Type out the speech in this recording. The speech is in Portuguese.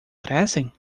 crescem